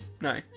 No